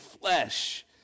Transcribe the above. flesh